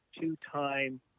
two-time